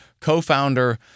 co-founder